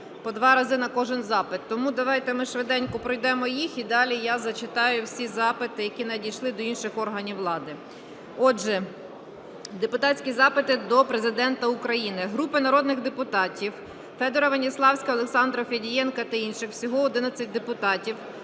по два рази на кожен запит. Тому давайте ми швиденько пройдемо їх і далі я зачитаю всі запити, які надійшли до інших органів влади. Отже, депутатські запити до Президента України. Групи народних депутатів (Федора Веніславського, Олександра Федієнка та інших. Всього 11 депутатів)